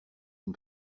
une